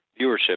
viewership